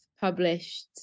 published